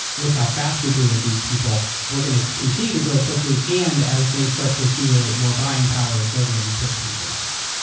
look how fast we grew with these people. we're going to to continue to grow quickly. and as they start to accumulate more buying power, they're going to be purchasing from us.